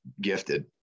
gifted